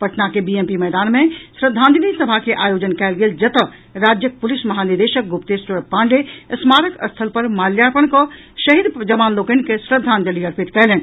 पटना के बीएमपी मैदान मे श्रद्धांजलि सभा के आयोजन कयल गेल जतऽ राज्यक प्रलिस महानिदेशक गुप्तेश्वर पांडेय स्मारक स्थल पर माल्यार्पण कऽ शहीद जवान लोकनि के श्रद्वांजलि अर्पित कयलनि